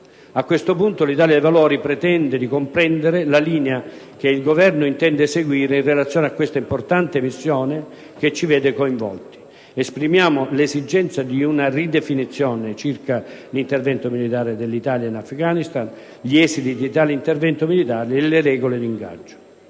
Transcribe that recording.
A questo punto, l'Italia dei Valori pretende di comprendere la linea che il Governo intende seguire in relazione a questa importante missione che ci vede coinvolti. Esprimiamo l'esigenza di una ridefinizione dell'intervento militare dell'Italia in Afghanistan, degli esiti di tale intervento militare e delle regole d'ingaggio.